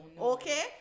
okay